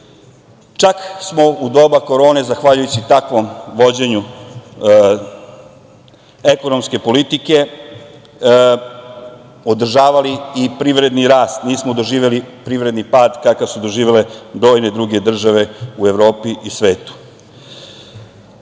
Čak smo u doba korone zahvaljujući takvom vođenju ekonomske politike održavali i privredni rast, nismo doživeli privredni pad kakav su doživele brojne druge države u Evropi i